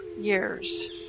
years